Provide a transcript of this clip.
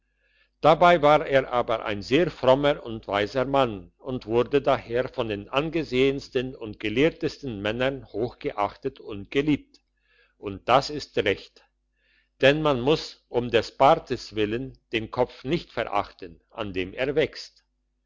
dabei war er aber ein sehr frommer und weiser mann und wurde daher von den angesehensten und gelehrtesten männern hochgeachtet und geliebt und das ist recht denn man muss um des bartes willen den kopf nicht verachten an dem er wächst